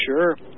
Sure